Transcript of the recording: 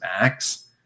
max